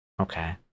Okay